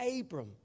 Abram